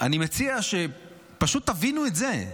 אני מציע שפשוט תבינו את זה,